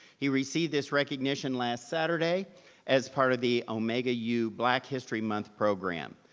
he received this recognition last saturday as part of the omega u black history month program.